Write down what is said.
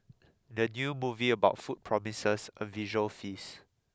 the new movie about food promises a visual feast